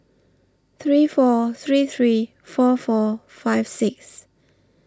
three four three three four four five six